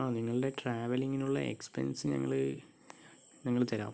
ആ നിങ്ങളുടെ ട്രാവലിംഗിനുള്ള എക്സ്പെന്സ് ഞങ്ങൾ ഞങ്ങൾ തരാം